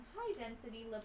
high-density